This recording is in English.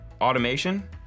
automation